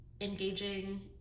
engaging